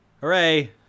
Hooray